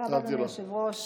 תודה רבה, אדוני היושב-ראש.